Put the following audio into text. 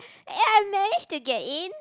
and I managed to get in